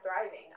thriving